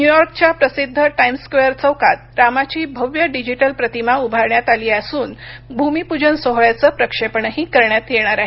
न्यूयॉर्कच्या प्रसिद्ध Times Square चौकात रामाची भव्य डिजिटल प्रतिमा उभारण्यात आली असून भूमीपूजन सोहळ्याचं प्रक्षेपणही करण्यात येणार आहे